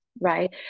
right